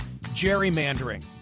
gerrymandering